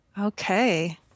Okay